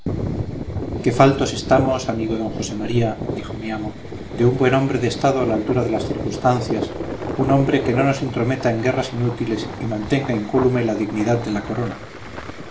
qué faltos estamos amigo d josé maría dijo mi amo de un buen hombre de estado a la altura de las circunstancias un hombre que no nos entrometa en guerras inútiles y mantenga incólume la dignidad de la corona